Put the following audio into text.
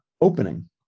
opening